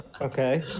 Okay